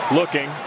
looking